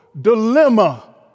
dilemma